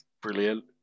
Brilliant